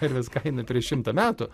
karvės kainą prieš šimtą metų